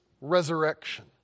resurrection